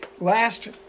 last